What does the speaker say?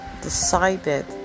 decided